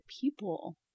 people